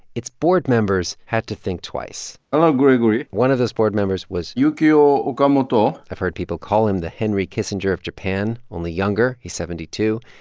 its board members had to think twice hello, gregory one of those board members was. yukio okamoto i've heard people call him the henry kissinger of japan only younger. he's seventy two.